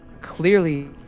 clearly